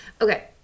Okay